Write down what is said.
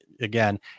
Again